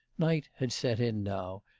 night had set in now,